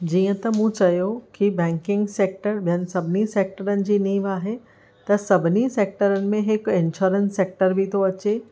जीअं त मूं चयो की बैंकिग सेक्टर ॿेअनि सभिनी सेक्टरनि जी नीव आहे त सभिनी सेक्टर में हिकु इंश्योरेंस सेक्टर बि थो अचे